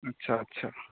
अच्छा अच्छा